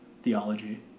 theology